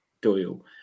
Doyle